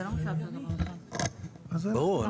אני